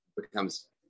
becomes